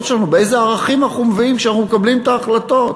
שלנו ואיזה ערכים אנחנו מביאים כשאנחנו מקבלים את ההחלטות.